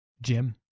Jim